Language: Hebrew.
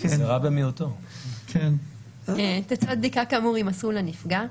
-- "(ג1) תוצאות בדיקה כאמור יימסרו לנפגע.